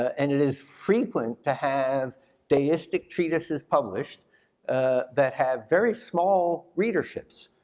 and it is frequent to have deistic treatises published that have very small readerships.